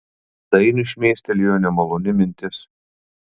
dainiui šmėstelėjo nemaloni mintis